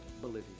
Bolivia